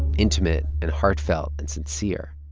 intimate and heartfelt and sincere.